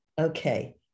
okay